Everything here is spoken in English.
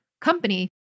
company